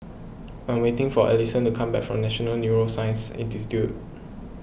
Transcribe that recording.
I am waiting for Alyson to come back from National Neuroscience Institute